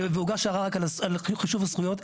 והוגש ערר על חישוב הזכויות.